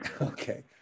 Okay